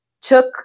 took